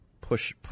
push